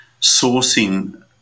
sourcing